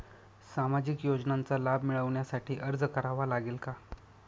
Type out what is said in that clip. सामाजिक योजनांचा लाभ मिळविण्यासाठी अर्ज करावा लागेल का?